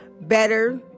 better